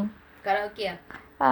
karaoke ah